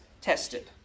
tested